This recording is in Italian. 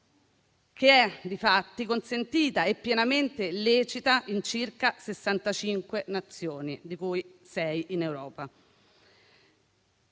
che è, difatti, consentita e pienamente lecita in circa 65 Nazioni, di cui sei in Europa.